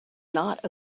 not